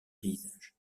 paysages